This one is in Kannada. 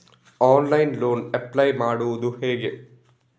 ಆನ್ಲೈನ್ ಲೋನ್ ಅಪ್ಲೈ ಮಾಡುವುದು ಹೇಗೆ?